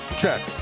check